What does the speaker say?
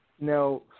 Now